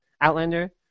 Outlander